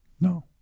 No